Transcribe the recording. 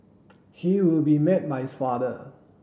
he will be met by his father